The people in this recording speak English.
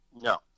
No